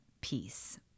peace